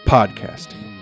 Podcasting